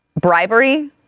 bribery